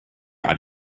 item